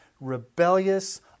rebellious